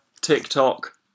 TikTok